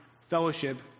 fellowship